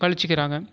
கழிச்சுக்கிறாங்க